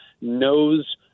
knows